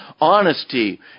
honesty